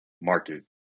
market